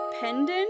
pendant